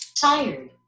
Tired